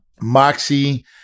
moxie